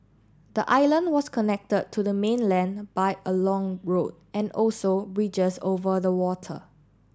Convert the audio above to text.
the island was connected to the mainland by a long road and also bridges over the water